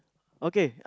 okay